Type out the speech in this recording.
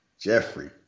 Jeffrey